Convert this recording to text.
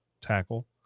tackle